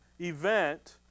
event